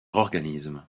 organisme